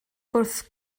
wrth